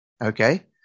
Okay